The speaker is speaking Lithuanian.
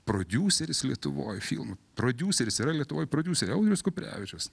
prodiuseris lietuvoj filmų prodiuseris yra lietuvoj prodiuseriai audrius kuprevičius